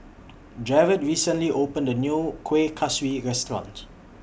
Jarrod recently opened A New Kueh Kaswi Restaurant